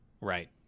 Right